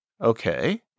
Okay